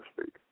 speak